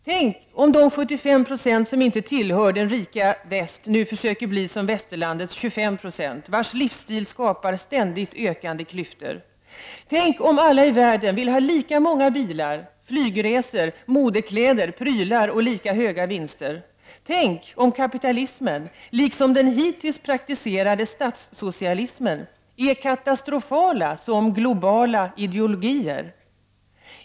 Tänk om de 75 Yo som inte tillhör det rika väst nu försöker bli som västerlandets 25 6, vars livsstil skapar ständigt ökande klyftor. Tänk om alla i världen vill ha lika många bilar, flygresor, modekläder, prylar och lika höga vinster. Tänk om kapitalismen och den hittills praktiserade statssocialismen är katastrofala som globala ideologier.